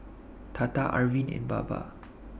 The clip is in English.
Tata Arvind and Baba